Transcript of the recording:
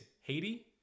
Haiti